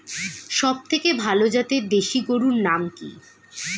সবথেকে ভালো জাতের দেশি গরুর নাম কি?